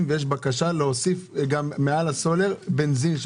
ויש בקשה להוסיף מעל הסולר גם בנזין,